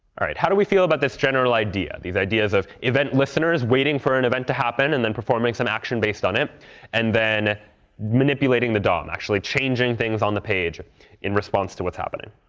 how do we feel about this general idea, these ideas of event listener is waiting for an event to happen and then performing some action based on it and then manipulating the dom, actually changing things on the page in response to what's happening?